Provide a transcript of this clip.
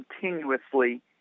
continuously